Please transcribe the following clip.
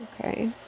Okay